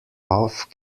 off